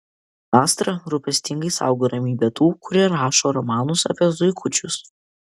astra rūpestingai saugo ramybę tų kurie rašo romanus apie zuikučius